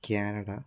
Canada